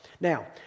Now